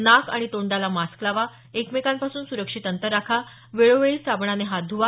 नाक आणि तोंडाला मास्क लावा एकमेकांपासून सुरक्षित अंतर राखा वेळोवेळी साबणाने हात धुवा